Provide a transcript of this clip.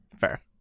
fair